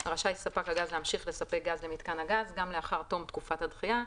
רשאי ספק הגז להמשיך לספק גז למיתקן הגז גם לאחר תום תקופת הדחייה,